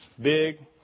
big